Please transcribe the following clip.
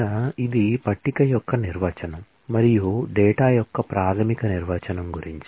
ఇక ఇది పట్టిక యొక్క నిర్వచనం మరియు డేటా యొక్క ప్రాథమిక నిర్వచనం గురించి